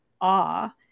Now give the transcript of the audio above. awe